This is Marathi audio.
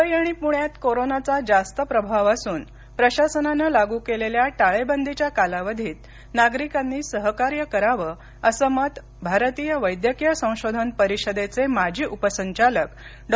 मुंबई आणि पुण्यात कोरोनाचा जास्त प्रभाव असून प्रशासनाने लागू केलेल्या टाळेबंदीच्या कालावधीत नागरिकांनी सहकार्य करावं असं मत भारतीय वैद्यकीय संशोधन परिषदेचे माजी उपसंचालक डॉ